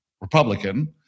Republican